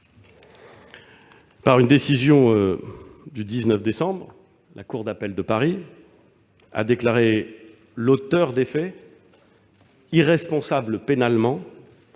Par une décision du 19 décembre dernier, la cour d'appel de Paris a déclaré l'auteur des faits irresponsable pénalement,